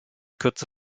kürze